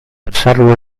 passarono